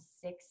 six